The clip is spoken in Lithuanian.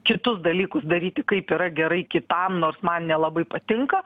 kitus dalykus daryti kaip yra gerai kitam nors man nelabai patinka